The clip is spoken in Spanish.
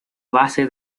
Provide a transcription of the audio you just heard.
base